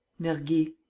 mergy.